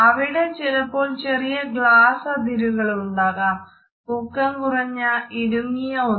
അവിടെ ചിലപ്പോൾ ചെറിയ ഗ്ലാസ്സ് അതിരുകളുണ്ടാകാം പൊക്കം കുറഞ്ഞ ഇടുങ്ങിയ ഒന്ന്